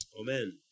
amen